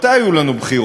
מתי היו לנו בחירות?